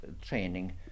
training